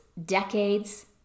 decades